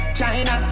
China